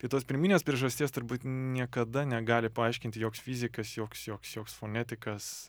tai tos pirminės priežasties turbūt niekada negali paaiškinti joks fizikas joks joks joks fonetikas